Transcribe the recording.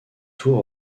tour